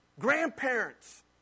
Grandparents